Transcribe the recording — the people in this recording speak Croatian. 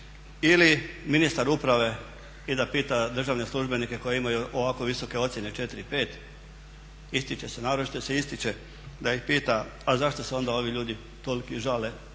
ili ministar uprave i da pita državne službenike koji imaju ovako visoke ocjene 4 i 5, ističe se, naročito se ističe da ih pita a zašto se onda ovi ljudi toliki žale odboru,